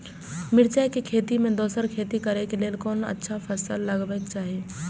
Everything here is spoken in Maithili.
मिरचाई के खेती मे दोसर खेती करे क लेल कोन अच्छा फसल लगवाक चाहिँ?